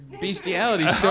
bestiality